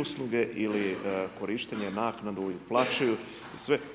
usluge ili korištenje naknadu i plaćaju sve.